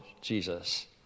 Jesus